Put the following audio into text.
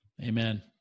Amen